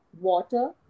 water